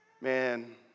Man